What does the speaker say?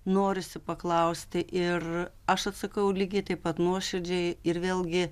norisi paklausti ir aš atsakau lygiai taip pat nuoširdžiai ir vėlgi